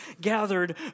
gathered